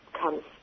comes